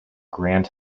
grand